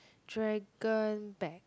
dragon back